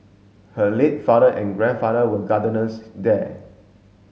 her late father and grandfather were gardeners there